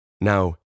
Now